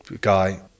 guy